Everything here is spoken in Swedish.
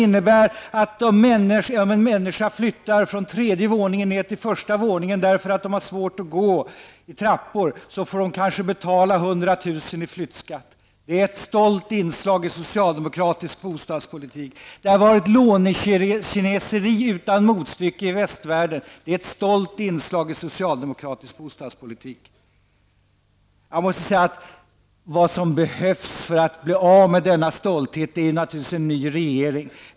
När människor flyttar från tredje våningen ner till första våningen, därför att de har svårt att gå i trappor, får de betala kanske 100 000 kr. i flyttskatt. Det är ett stolt inslag i socialdemokratisk bostadspolitik! Det har varit ett lånekineseri utan motstycke i västvärlden. Det är ett stolt inslag i socialdemokratisk bostadspolitik! Jag måste säga att vad som behövs för att bli av med denna stolta politik är naturligtvis en ny regering.